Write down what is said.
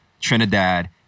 Trinidad